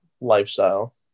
lifestyle